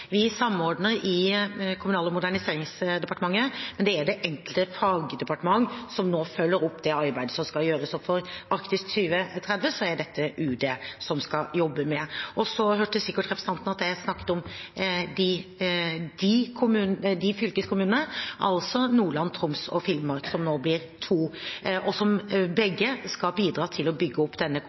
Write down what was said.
Vi samordner i Kommunal- og moderniseringsdepartementet, men det er det enkelte fagdepartement som nå følger opp det arbeidet som skal gjøres. Når det gjelder Arktis 2030, er det Utenriksdepartementet som skal jobbe med dette. Så hørte sikkert representanten at jeg snakket om de fylkeskommunene, altså Nordland, Troms og Finnmark, som nå blir to, og som begge skal bidra til å bygge opp denne